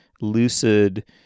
lucid